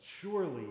surely